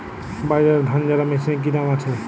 বাজারে ধান ঝারা মেশিনের কি দাম আছে?